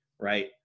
right